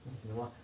once in a while